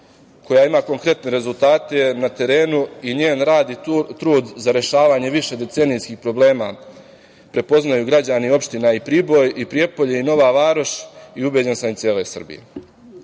koja ima konkretne rezultate na terenu i njen rad i trud za rešavanje višedecenijskih problema prepoznaju građani opština i Priboj i Prijepolje i Nova Varoš i ubeđen sam i cela